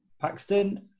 Paxton